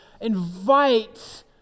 invite